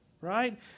right